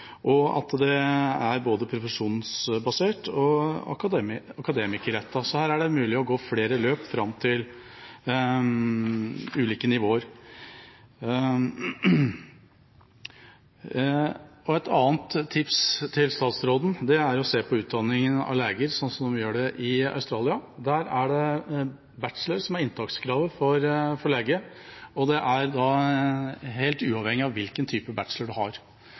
Det er både profesjonsbasert og akademisk rettet, så her er det mulig å gå flere løp fram til ulike nivåer. Et annet tips til statsråden er å se på utdanningen av leger, slik de gjør det i Australia. Der er bachelor inntakskrav for legestudiet, og det er da helt uavhengig av hvilken type bachelor man har.